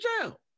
jail